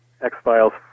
X-Files